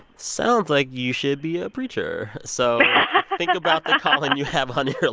sounds like you should be a preacher. so. think about the calling you have on your